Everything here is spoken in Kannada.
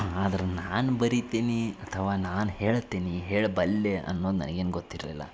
ಆದ್ರೆ ನಾನು ಬರೀತೀನಿ ಅಥವಾ ನಾನು ಹೇಳ್ತೀನಿ ಹೇಳಬಲ್ಲೆ ಅನ್ನೋದು ನನ್ಗೇನೂ ಗೊತ್ತಿರಲಿಲ್ಲ